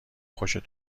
خوشتون